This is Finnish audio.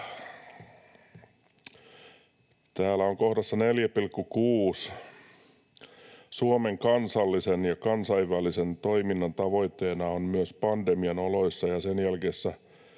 Täällä on kohdassa 4.6: ”Suomen kansallisen ja kansainvälisen toiminnan tavoitteena on myös pandemian oloissa ja sen jälkeisissä